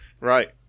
Right